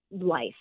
life